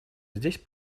здесь